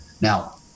Now